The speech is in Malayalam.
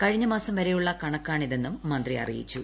കഴിഞ്ഞ മാസം വരെയുള്ള കണക്കാണ് ഇതെന്നും മന്ത്രി അറിയിച്ചു